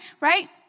right